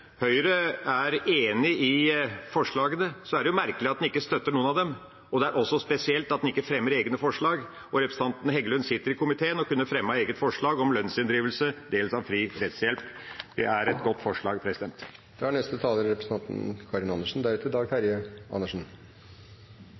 Høyre er enig i forslagene, er det jo merkelig at en ikke støtter noen av dem. Det er også spesielt at en ikke fremmer egne forslag. Representanten Heggelund sitter i komiteen og kunne fremmet eget forslag om lønnsinndrivelse som en del av fri rettshjelp. Det er et godt forslag. Jeg hører på hva som blir sagt her. Den lange rekken av tiltak som representanten